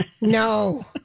No